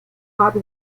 hot